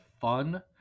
fun